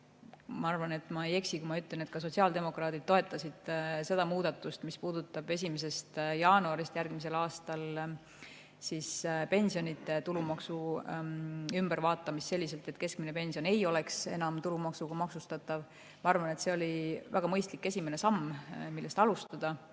ma arvan, et ma ei eksi, kui ütlen, et ka sotsiaaldemokraadid toetasid seda muudatust – [muutub] järgmise aasta 1. jaanuarist pensionide tulumaksustamine selliselt, et keskmine pension ei ole enam tulumaksuga maksustatav. Ma arvan, et see oli väga mõistlik esimene samm, millest alustada.